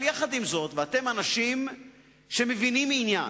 ואתם אנשים שמבינים עניין,